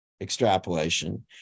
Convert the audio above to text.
extrapolation